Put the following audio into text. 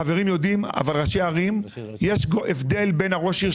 יש ייחוד גם למשרות האחרות,